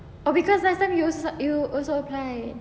oh because last time you also you also apply